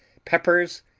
peppers,